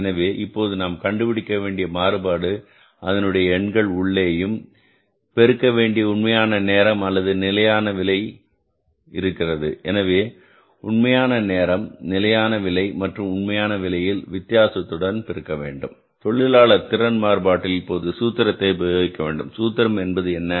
எனவே இப்போது நாம் கண்டுபிடிக்க வேண்டிய மாறுபாடு அதனுடைய எண்கள் உள்ளேயும் பெருக்க வேண்டிய உண்மையான நேரம் அல்லது நிலையான விலை இருக்கிறது எனவே உண்மையான நேரம் நிலையான விலை மற்றும் உண்மையான விலையில் வித்தியாசத்துடன் பெருக்க வேண்டும் தொழிலாளர் திறன் மாறுபாட்டில் இப்போது சூத்திரத்தை உபயோகிக்க வேண்டும் சூத்திரம் என்பது என்ன